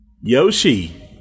Yoshi